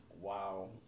wow